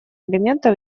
элементов